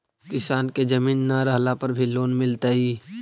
किसान के जमीन न रहला पर भी लोन मिलतइ?